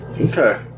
Okay